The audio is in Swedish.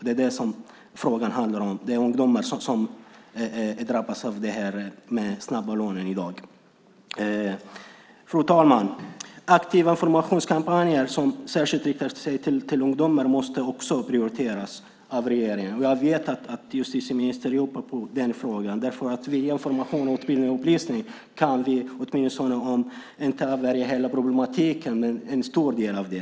Det är det frågan handlar om. Det är ungdomar som drabbas av de snabba lånen. Fru talman! Aktiva informationskampanjer som särskilt riktar sig till ungdomar måste prioriteras av regeringen. Jag vet att justitieministern jobbar med den frågan. Via information, utbildning och upplysning kan vi avvärja om inte hela problematiken så åtminstone en stor del av den.